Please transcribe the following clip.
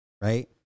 right